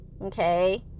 okay